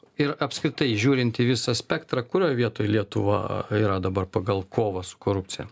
ir apskritai žiūrint į visą spektrą kurioj vietoj lietuva yra dabar pagal kovą su korupcija